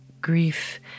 grief